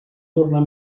tornar